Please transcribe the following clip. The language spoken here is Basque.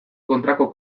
kontrako